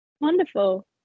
Wonderful